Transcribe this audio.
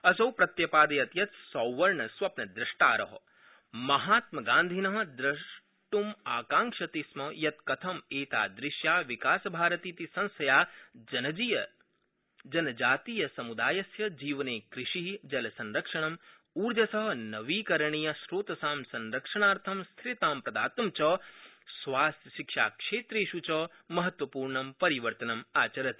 असौ प्रत्यपादयत् यत् सौवर्णस्वप्नदृष्टार महात्मगांधिन द्रष्ट्माकांक्षति स्म यत् कथं एतादृश्या विकासभारती इति संस्थया जनजातीयसम्दायस्य जीवने कृषि जलसंरक्षणम् ऊर्जस नवीकरणीय स्रोतसां संरक्षणार्थं स्थिरतां प्रदात् च स्वास्थ्यशिक्षाक्षेत्रेष् च महत्वपूर्णं परिवर्तनमाचरति